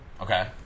okay